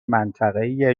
منطقهای